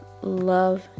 love